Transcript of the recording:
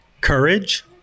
courage